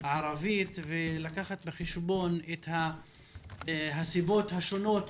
הערבית ולקחת בחשבון את הסיבות השונות